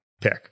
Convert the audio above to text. pick